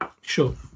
Sure